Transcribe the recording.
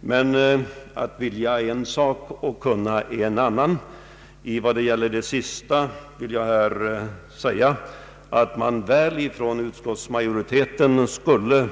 Men att vilja är en sak och kunna en annan. Utskottsmajoriteten skulle,